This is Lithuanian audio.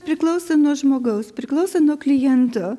priklauso nuo žmogaus priklauso nuo kliento